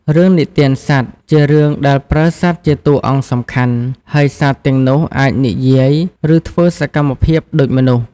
រឿងនិទានសត្វ ជារឿងដែលប្រើសត្វជាតួអង្គសំខាន់ ហើយសត្វទាំងនោះអាចនិយាយ ឬធ្វើសកម្មភាពដូចមនុស្ស ។